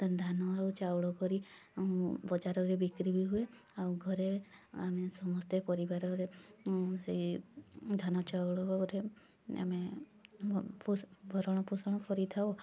ଧାନ ଆଉ ଚାଉଳ କରି ବଜାରରେ ବିକ୍ରି ବି ହୁଏ ଆଉ ଘରେ ଆମେ ସମସ୍ତେ ପରିବାରରେ ସେଇ ଧାନ ଚାଉଳ ରେ ଆମେ ଭରଣପୋଷଣ କରିଥାଉ